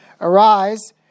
Arise